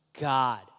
God